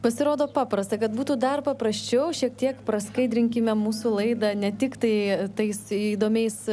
pasirodo paprasta kad būtų dar paprasčiau šiek tiek praskaidrinkime mūsų laidą ne tik tai tais įdomiais